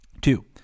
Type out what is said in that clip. Two